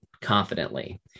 confidently